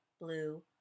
blue